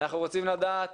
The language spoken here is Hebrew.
אנחנו רוצים לדעת